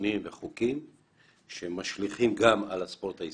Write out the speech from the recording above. תקנונים וחוקים שמשליכים גם על הספורט הישראלי.